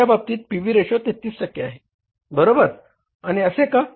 Ltd च्या बाबतीत P V ratio 33 टक्के आहे बरोबर आणि असे का